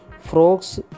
Frogs